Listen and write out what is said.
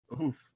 Oof